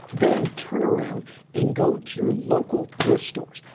then turn around and go to your local thrift stores.